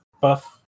buff